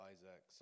Isaac